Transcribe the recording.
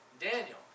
Daniel